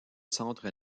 centre